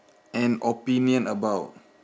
an opinion about